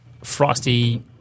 Frosty